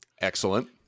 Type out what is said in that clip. Excellent